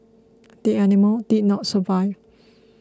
the animal did not survive